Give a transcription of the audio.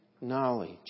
knowledge